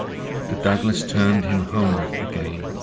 the douglas turned him homeward again,